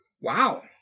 Wow